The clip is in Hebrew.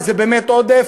וזה באמת עודף,